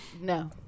No